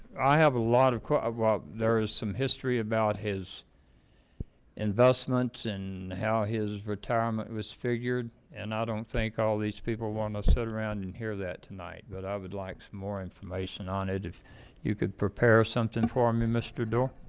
i have a lot of well, there is some history about his investments and how his retirement was figured and i don't think all these people want to sit around and hear that tonight that i would like some more information on it if you could prepare something for me. mr. door.